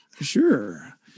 Sure